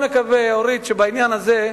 אני מאוד מקווה שבעניין הזה,